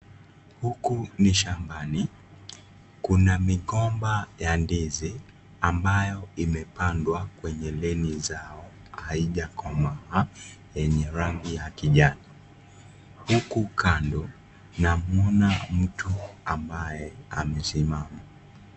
Huku ni shambani. Kuna migomba ya ndizi ambayo imepandwa kwenye leni zao, haijakomaa yenye rangi ya kijani. Huku kando namwona mtu ambaye amesimama.